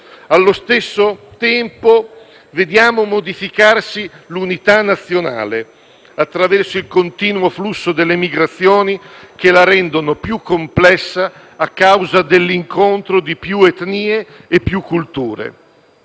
allo stesso tempo vediamo modificarsi l'unità nazionale, attraverso il continuo flusso delle migrazioni, che la rendono più complessa a causa dell'incontro di più etnie e più culture.